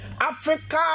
Africa